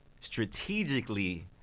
strategically